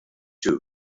too